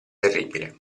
terribile